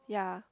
ya